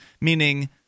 meaning